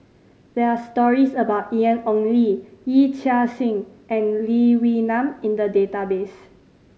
there are stories about Ian Ong Li Yee Chia Hsing and Lee Wee Nam in the database